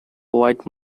white